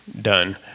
done